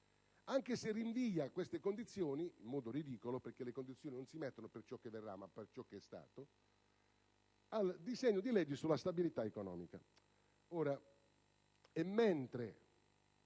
anche se rinvia, per queste condizioni (in modo ridicolo, perché le condizioni non si fissano per ciò che verrà, ma per ciò che è stato), al disegno di legge sulla stabilità economica.